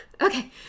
okay